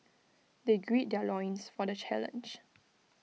they greed their loins for the challenge